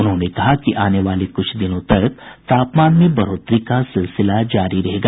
उन्होंने कहा कि आने वाले कुछ दिनों तक तापमान में बढ़ोतरी का सिलसिला जारी रहेगा